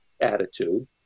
attitude